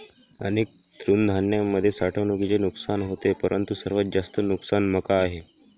अनेक तृणधान्यांमुळे साठवणुकीचे नुकसान होते परंतु सर्वात जास्त नुकसान मका आहे